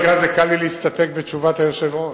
במקרה הזה קל לי להסתפק בתשובת היושב-ראש.